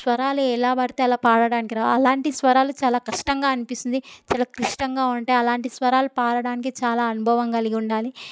స్వరాలు ఎలా పడితే అలా పాడడానికి రాదు అలాంటి స్వరాలు చాలా కష్టంగా అనిపిస్తుంది చాలా క్లిష్టంగా ఉంటాయి అలాంటి స్వరాలు పాడడానికి చాలా అనుభవం కలిగి ఉండాలి